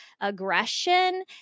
aggression